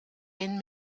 den